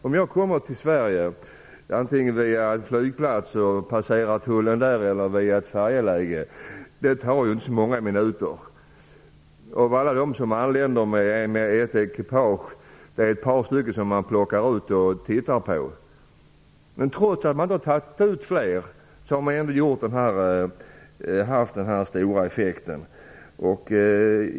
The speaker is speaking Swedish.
Om jag kommer till Sverige antingen via en flygplats, och passerar tullen där, eller via ett färjeläge, tar det inte så många minuter. Av alla dem som anländer med ett ekipage är det ett par stycken som man plockar ut och tittar på. Men trots att man inte tar ut fler har man ändå haft denna stora effekt.